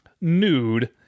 nude